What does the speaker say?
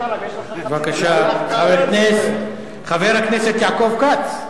בבקשה, חבר הכנסת יעקב כץ.